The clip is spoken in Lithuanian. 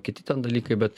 kiti ten dalykai bet